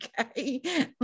Okay